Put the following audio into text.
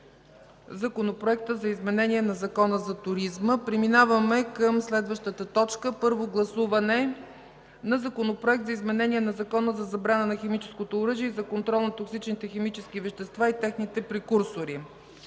Законопроекта за изменение на Закона за туризма. Вносители: Делян Добрев и Даниела Савеклиева. 4. Първо гласуване на Законопроекта за изменение на Закона за забрана на химическото оръжие и за контрол на токсичните химически вещества и техните прекурсори.